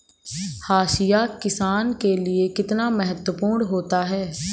हाशिया किसान के लिए कितना महत्वपूर्ण होता है?